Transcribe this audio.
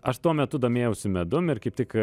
aš tuo metu domėjausi medum ir kaip tik